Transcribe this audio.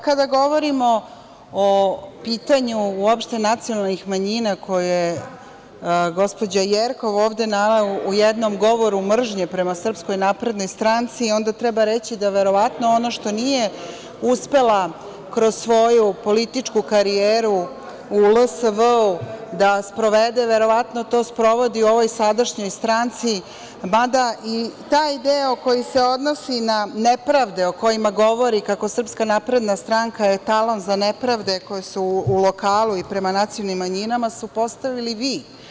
Kada govorimo o pitanju uopšte nacionalnih manjina koje gospođa Jerkov ovde nama u jednom govoru mržnje prema SNS, onda treba reći da verovatno ono što nije uspela kroz svoju političku karijeru u LSV da sprovede, verovatno to sprovodi u ovoj sadašnjoj stranci, mada i taj deo koji se odnosi na nepravde o kojima govori, kako SNS je etalon za nepravde koje su u lokalu i prema nacionalnim manjinama, ste postavili vi.